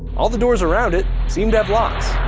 all the doors around it seem to have locks.